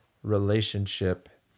Relationship